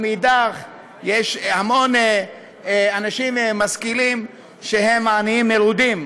ויש המון אנשים משכילים שהם עניים מרודים.